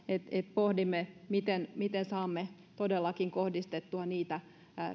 pohdimme miten miten saamme seuraavat toimenpiteet todellakin kohdistettua